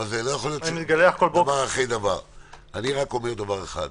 אני אומר דבר אחד: